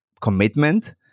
commitment